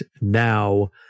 now